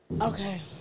okay